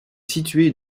située